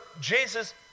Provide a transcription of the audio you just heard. Jesus